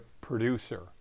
producer